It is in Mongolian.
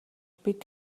бид